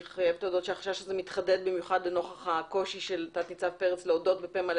החשש הזה מתחדד במיוחד לאור הקושי של תנ"צ פרץ להודות בפה מלא